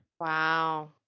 wow